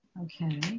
okay